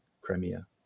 Crimea